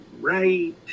right